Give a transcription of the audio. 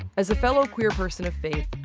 as a fellow queer person of faith,